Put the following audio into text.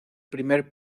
primer